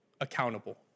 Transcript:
accountable